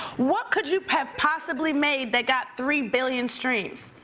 what could you have possibly made that got three billion streams?